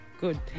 good